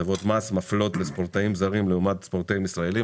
הטבות מס מפלות לספורטאים זרים לעומת ספורטאים ישראלים,